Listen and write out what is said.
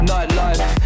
Nightlife